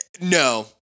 No